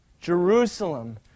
Jerusalem